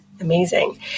Amazing